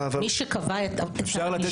מי שקבע את הענישה --- אפשר לתת